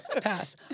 Pass